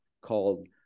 called